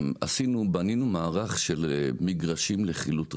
בנינו מערך של מגרשים לחילוט רכב,